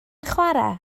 chwarae